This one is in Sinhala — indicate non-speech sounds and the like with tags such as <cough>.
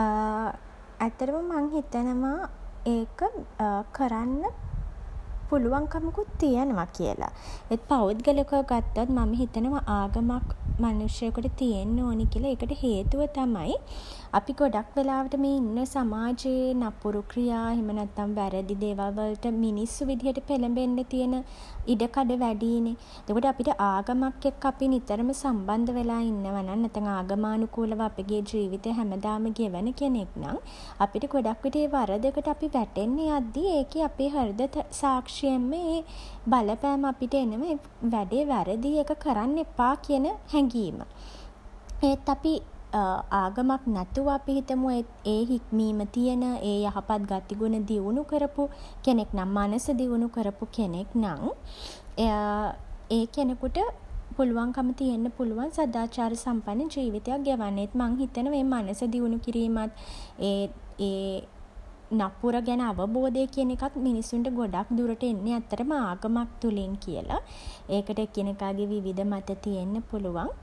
<hesitation> ඇත්තටම මං හිතනවා <hesitation> ඒක <hesitation> කරන්න <hesitation> පුළුවන්කමකුත් තියෙනව කියල. ඒත් පෞද්ගලිකව ගත්තොත් මම හිතනවා <hesitation> ආගමක් <hesitation> මනුෂ්‍යයෙකුට තියෙන්න ඕනේ කියල. ඒකට හේතුව තමයි <hesitation> අපි ගොඩක් වෙලාවට මේ ඉන්න සමාජයේ <hesitation> නපුරු ක්‍රියා <hesitation> එහෙමත් නැත්නම් <hesitation> වැරදි දේවල් වලට මිනිස්සු විදිහට පෙළඹෙන්න තියෙන <hesitation> ඉඩ කඩ වැඩියිනේ. එතකොට අපිට ආගමක් එක්ක <hesitation> අපි නිතරම <hesitation> සම්බන්ධ වෙලා ඉන්නවා නම් <hesitation> නැත්තම් ආගමානුකූලව අපගේ ජීවිතේ හැමදාම ගෙවන කෙනෙක් නම් <hesitation> අපිට ගොඩක් විට ඒ වරදකට වැටෙන්න යද්දී <hesitation> ඒකේ අපේ හෘද සාක්ෂියෙන්ම ඒ <hesitation> බලපෑම එනවා <hesitation> ඒ වැඩේ වැරදියි <hesitation> ඒක කරන්න එපා කියන හැඟීම. ඒත් අපි <hesitation> ආගමක් නැතුව අපි හිතමු ඒ හික්මීම තියෙන <hesitation> ඒ යහපත් ගතිගුණ දියුණු කරපු <hesitation> කෙනෙක් නම් <hesitation> මනස දියුණු කරපු කෙනෙක් නම් <hesitation> ඒ කෙනෙකුට <hesitation> පුළුවන්කම තියෙන්න පුළුවන් සදාචාරසම්පන්න ජීවිතයක් ගෙවන්න. ඒත් මං හිතනවා ඒ මනස දියුණු කිරීමත් <hesitation> ඒ <hesitation> නපුර ගැන අවබෝධය කියන එකත් මිනිස්සුන්ට <hesitation> ගොඩක් දුරට එන්නේ ඇත්තටම ආගමක් තුළින් කියලා. ඒකට එකිනෙකාගේ විවිධ මත තියෙන්න පුළුවන්. <hesitation>